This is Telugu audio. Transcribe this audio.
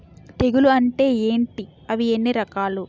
తెగులు అంటే ఏంటి అవి ఎన్ని రకాలు?